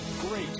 great